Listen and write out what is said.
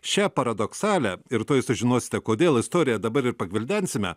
šią paradoksalią ir tuoj sužinosite kodėl istoriją dabar ir pagvildensime